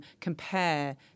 compare